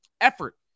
effort